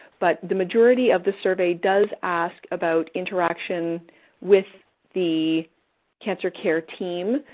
but the majority of the survey does ask about interaction with the cancer care team,